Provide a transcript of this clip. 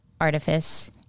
artifice